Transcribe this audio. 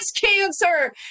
cancer